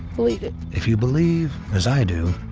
bleed it. if you believe, as i do,